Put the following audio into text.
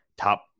top